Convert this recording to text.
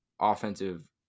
offensive